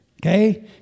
Okay